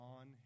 on